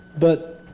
but